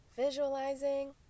visualizing